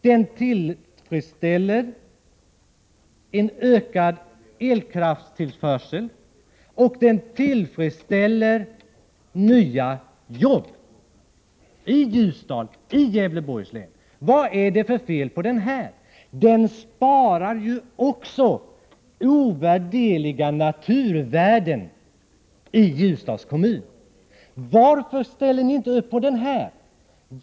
Den ger en ökad elkraftstillförsel, och den ger nya jobbi Ljusdal, i Gävleborgs län. Den sparar ju också ovärderliga naturvärden i Ljusdals kommun. Varför ställer ni inte upp på den här planen?